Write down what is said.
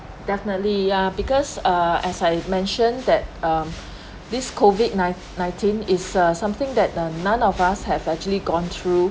definitely ya because uh as I mentioned that um this COVID-nine~nineteen is uh something that the none of us have actually gone through